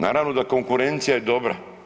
Naravno da konkurencija je dobra.